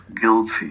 guilty